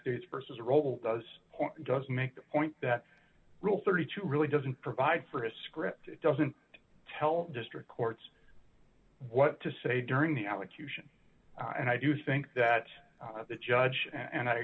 states versus roll does does make the point that rule thirty two really doesn't provide for his script it doesn't tell district courts what to say during the allocution and i do think that the judge and i